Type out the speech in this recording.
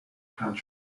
countries